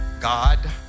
God